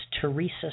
Teresa